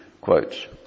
quotes